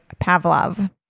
Pavlov